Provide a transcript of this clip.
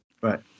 Right